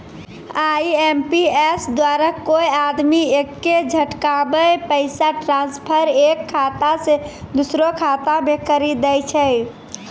IMPS द्वारा कोय आदमी एक्के झटकामे पैसा ट्रांसफर एक खाता से दुसरो खाता मे करी दै छै